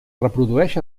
reprodueix